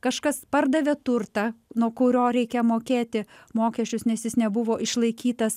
kažkas pardavė turtą nuo kurio reikia mokėti mokesčius nes jis nebuvo išlaikytas